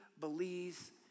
belize